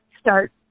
start